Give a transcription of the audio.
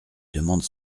demande